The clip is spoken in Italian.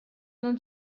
non